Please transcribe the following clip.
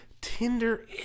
tinder